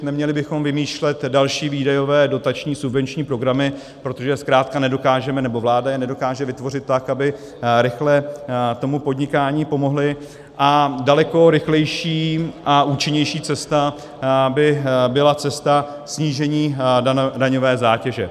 Neměli bychom vymýšlet další výdajové dotační subvenční programy, protože zkrátka nedokážeme, nebo vláda je nedokáže vytvořit tak, aby rychle tomu podnikání pomohly, a daleko rychlejší a účinnější cesta by byla cesta snížení daňové zátěže.